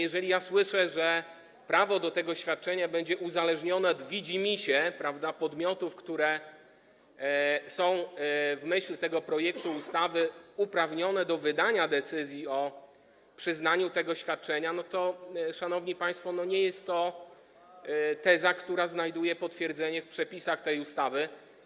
Jeżeli słyszę, że prawo do tego świadczenia będzie uzależnione od widzimisię podmiotów, które są w myśl tego projektu ustawy uprawnione do wydania decyzji o przyznaniu tego świadczenia, to nie jest to, szanowni państwo, teza, która znajduje potwierdzenie w przepisach tej ustawy.